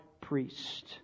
priest